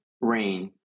rain